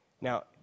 Now